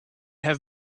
have